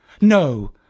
No